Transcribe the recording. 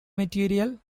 material